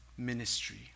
Ministry